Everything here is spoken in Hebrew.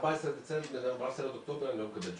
שמ-14 לאוקטובר אני לא מקבל תשובה.